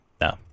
no